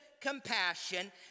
compassion